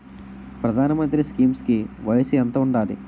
ప్రధాన మంత్రి స్కీమ్స్ కి వయసు ఎంత ఉండాలి?